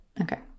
Okay